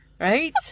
Right